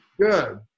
Good